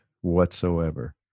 whatsoever